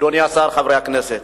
אדוני השר, חברי הכנסת,